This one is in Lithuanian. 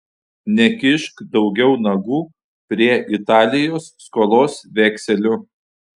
nekišk daugiau nagų prie italijos skolos vekselių